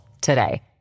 today